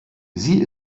sie